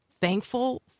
thankful